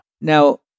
Now